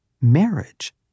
Marriage